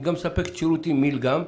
היא גם מספקת שירותים "מילגם".